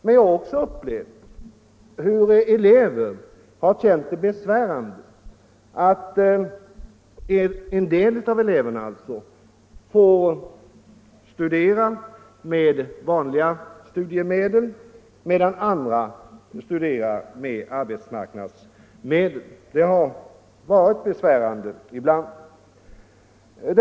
Men jag har också upplevt hur elever känt det besvärande att en del av dem får studera med hjälp av vanliga studiemedel medan andra har haft arbetsmarknadsmedel. Det har som sagt varit besvärande ibland.